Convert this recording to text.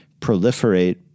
proliferate